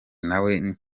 nawe